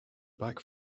back